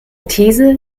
these